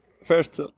First